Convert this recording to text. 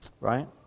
right